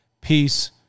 peace